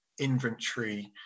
inventory